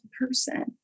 person